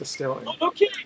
Okay